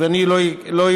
ואני לא אפרט,